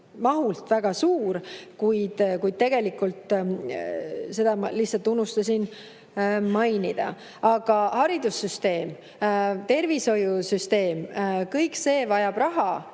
mahult väga suur, kuid tegelikult … Seda ma lihtsalt unustasin mainida. Aga haridussüsteem, tervishoiusüsteem – kõik see vajab raha